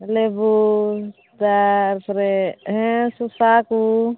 ᱞᱮᱵᱩ ᱛᱟᱨᱯᱚᱨᱮ ᱦᱮᱸ ᱥᱚᱥᱟ ᱠᱚ